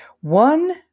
One